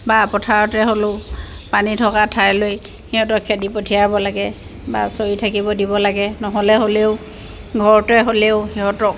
বা পথাৰতে হ'লেও পানী থকা ঠাইলৈ সিহঁতক খেদি পঠিয়াব লাগে বা চৰি থাকিব দিব লাগে নহ'লে হ'লেও ঘৰতে হ'লেও সিহঁতক